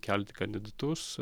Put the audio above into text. kelti kandidatus